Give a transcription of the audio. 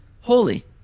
holy